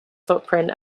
footprint